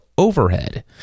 overhead